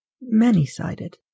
many-sided